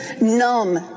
numb